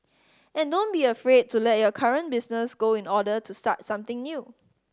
and don't be afraid to let your current business go in order to start something new